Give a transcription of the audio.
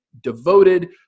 devoted